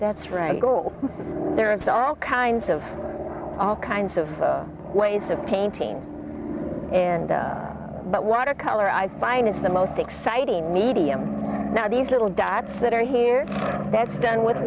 that's right go there it's all kinds of all kinds of ways of painting but watercolor i find is the most exciting medium now these little dots that are here that's done with